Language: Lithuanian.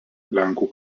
lenkų